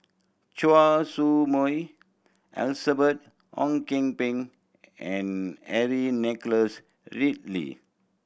Choy Su Moi Elizabeth Ong Kian Peng and Henry Nicholas Ridley